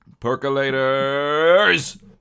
Percolators